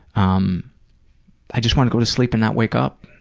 um i just want to go to sleep and not wake up.